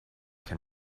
can